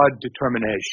determination